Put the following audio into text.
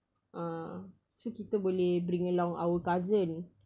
ah so kita boleh bring along our cousin